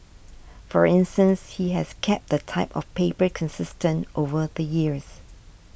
for instance he has kept the type of paper consistent over the years